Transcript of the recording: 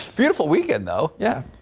beautiful weekend though yeah.